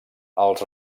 els